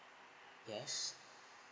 yes